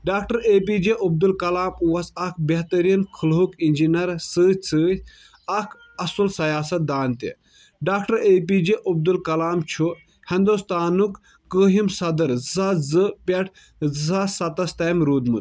doctor A P J Abdul Kalam اوس اکھ ہہترین خلہ ہُک انجیٖنر سۭتۍ سۭتۍ اکھ اَصُل سَیاسَت دان تہِ doctor A P J Abdul Kalam چھُ ہِنٛدُستانُک کٔہم سَدٕر زٕ ساس زٕ پٮ۪ٹھ زٕساس سَتس تام روٗدمُت